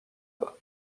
bas